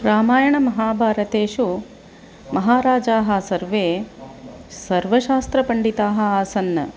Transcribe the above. रामायणमहाभारतेषु महाराजाः सर्वे सर्वशास्त्रपण्डिताः आसन्